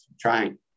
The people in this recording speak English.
trying